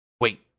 wait